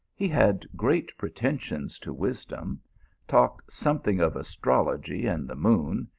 he had great pretensions to wisdom talked something of astrology and the moon,